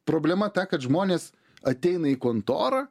problema ta kad žmonės ateina į kontorą